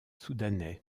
soudanais